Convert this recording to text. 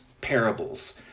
parables